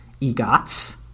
EGOTs